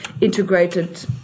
integrated